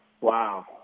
Wow